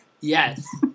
Yes